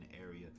area